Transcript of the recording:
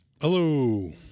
Hello